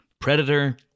Predator